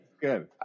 Good